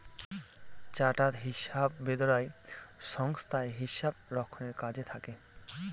chartered হিসাববিদরা সংস্থায় হিসাব রক্ষণের কাজে থাকে